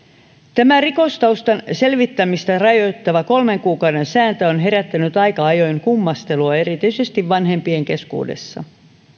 tämä rikostaustan selvittämistä rajoittava kolmen kuukauden sääntö on herättänyt aika ajoin kummastelua erityisesti vanhempien keskuudessa